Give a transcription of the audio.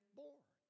born